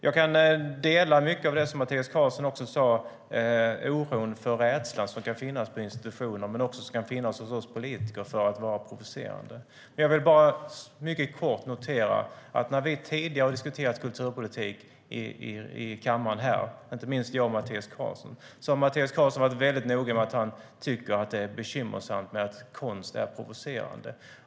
Jag delar mycket av det Mattias Karlsson sade om oron och rädslan som kan finnas på institutioner men också hos oss politiker för att vara provocerande. Jag noterar dock att när vi tidigare har diskuterat kulturpolitik i kammaren, inte minst jag och Mattias Karlsson, har Mattias Karlsson varit noga med att han tycker att det är bekymmersamt när konst är provocerande.